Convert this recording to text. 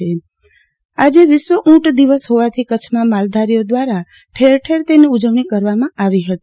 આરતી ભક્ટ વિશ્વ ઉંટ દિવસ આજે વિશ્વ ઊંટ દિવસ હોવાથી કચ્છમાં માલધારીઓ દ્વારા ઠેર ઠેર તેની ઉજવણી કરવામાં આવી હતી